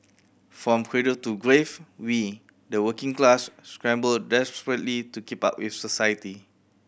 from cradle to grave we the working class scramble desperately to keep up with society